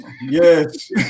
Yes